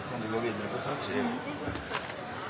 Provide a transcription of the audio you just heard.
kan gå foran på